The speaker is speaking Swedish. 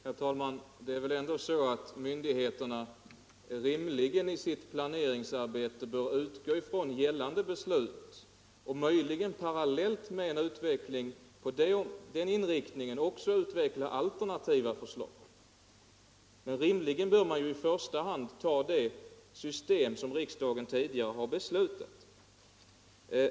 Herr talman! Det är väl ändå så att myndigheterna i sitt planeringsarbete rimligen bör utgå från gällande beslut och möjligen parallellt med den inriktningen också utveckla alternativa förslag. Men man bör i första hand ta det system som riksdagen tidigare har beslutat.